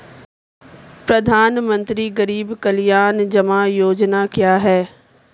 प्रधानमंत्री गरीब कल्याण जमा योजना क्या है?